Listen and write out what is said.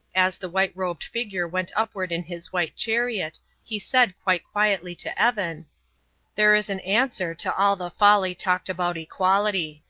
as the white-robed figure went upward in his white chariot, he said quite quietly to evan there is an answer to all the folly talked about equality.